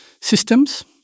systems